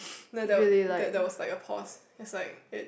no that that that was like a pause it's like it